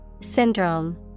Syndrome